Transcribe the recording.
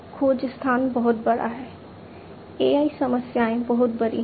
खोज स्थान बहुत बड़ा है AI समस्याएँ बहुत बड़ी हैं